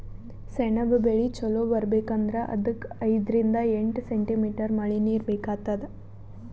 ಸೆಣಬ್ ಬೆಳಿ ಚಲೋ ಬರ್ಬೆಕ್ ಅಂದ್ರ ಅದಕ್ಕ್ ಐದರಿಂದ್ ಎಂಟ್ ಸೆಂಟಿಮೀಟರ್ ಮಳಿನೀರ್ ಬೇಕಾತದ್